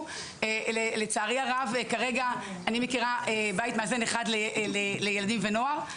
לצערי הרב, אני מכירה בית מאזן אחד לילדים ונוער.